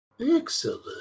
excellent